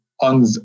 on